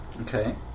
Okay